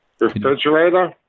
Refrigerator